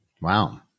Wow